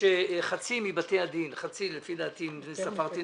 חצי מבתי הדין, חצי לפי דעתי, אם ספרתי נכון,